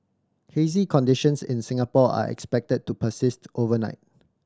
hazy conditions in Singapore are expected to persist overnight